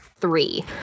three